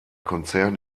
konzern